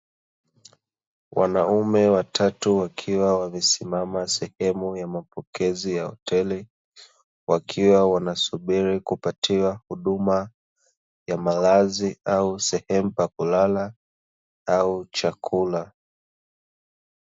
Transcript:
Wanaume watatu wakiwa wamesimama sehemu ya mapokezi ya hoteli, wakiwa wanasubiri kupatiwa huduma ya malazi au sehemu pa kulala au chakula.